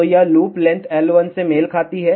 तो यह loop length L1 से मेल खाती है